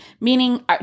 Meaning